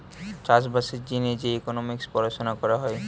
চাষ বাসের জিনে যে ইকোনোমিক্স পড়াশুনা করা হয়